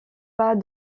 pas